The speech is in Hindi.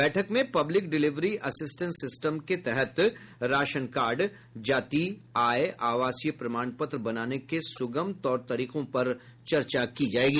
बैठक में पब्लिक डिलिवरी असिस्टेंट सिस्टम के तहत राशन कार्ड जाति आय आवासीय प्रमाण पत्र बनाने के सुगम तौर तरीकों की चर्चा होगी